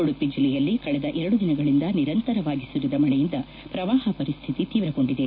ಉಡುಪಿ ಜಿಲ್ಲೆಯಲ್ಲಿ ಕಳೆದ ಎರಡು ದಿನಗಳಿಂದ ನಿರಂತರವಾಗಿ ಸುರಿದ ಮಳೆಯಿಂದ ಪ್ರವಾಪ ಪರಿಸ್ತಿತಿ ತೀವ್ರಗೊಂಡಿದೆ